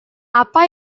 apa